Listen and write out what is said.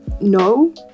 no